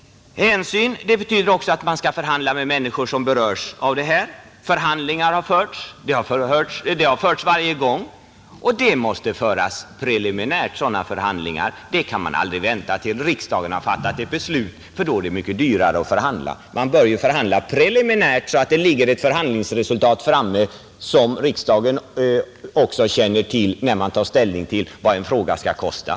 Hänsyn betyder också att man skall förhandla med människor som berörs. Förhandlingar har förts varje gång, och sådana förhandlingar måste föras preliminärt. Det kan man aldrig vänta med tills riksdagen har fattat ett beslut, för då är det mycket dyrare att förhandla. Man bör ju förhandla preliminärt, så att det ligger ett förhandlingsresultat framme som riksdagen också känner till, när man tar ställning till vad ett projekt skall kosta.